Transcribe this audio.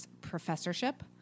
professorship